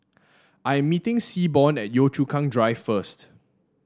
I am meeting Seaborn at Yio Chu Kang Drive first